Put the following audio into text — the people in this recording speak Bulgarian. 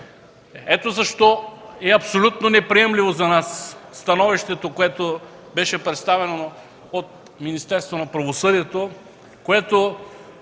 Ето защо е абсолютно неприемливо за нас становището, представено от Министерството на правосъдието,